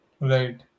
Right